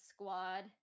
Squad